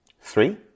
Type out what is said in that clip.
Three